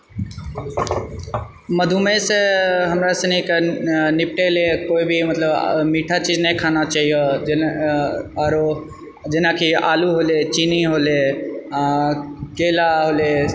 मधुमेहसँ हमरा सनीके निपटय लेल कोइ भी मतलब मीठा चीज नहि खाना चाहिऔ आओरो जेनाकि आलू होलय चीनी होलय केला होलय